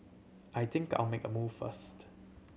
I think I'll make a move first